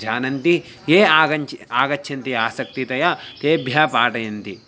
जानन्ति ये आगच्छ आगच्छन्ति आसक्तितया तेभ्यः पाठयन्ति